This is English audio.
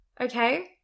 Okay